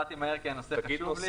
באתי לכאן כי הנושא חשוב לי.